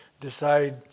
decide